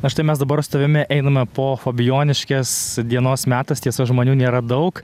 na štai mes dabar su tavimi einame po fabijoniškes dienos metas tiesa žmonių nėra daug